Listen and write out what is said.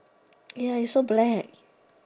ya is so black